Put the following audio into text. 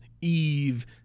eve